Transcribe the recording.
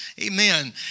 amen